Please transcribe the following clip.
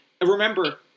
remember